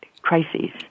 crises